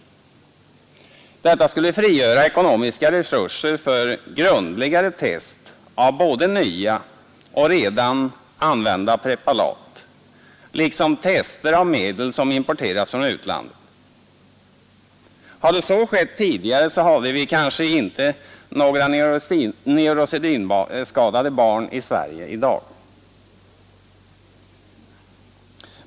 Detta skulle frigöra ekonomiska resurser för grundligare test av både nya och redan använda preparat liksom tester av medel som importeras från utlandet. Hade så skett tidigare, så hade vi kanske inte några neurosedynskadade barn i Sverige i dag.